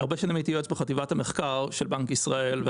הייתי יועץ בחטיבת המחקר של בנק ישראל הרבה שנים,